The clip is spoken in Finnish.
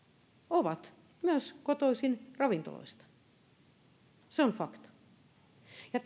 ovat myös kotoisin ravintoloista se on fakta ja